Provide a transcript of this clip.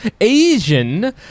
Asian